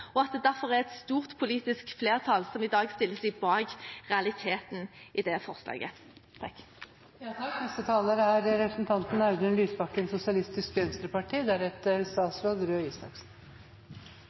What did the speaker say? og at det derfor er et stort politisk flertall som i dag stiller seg bak realiteten i det forslaget. Uansett hva slags spørsmål en stiller til regjeringen om skole, er